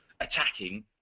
attacking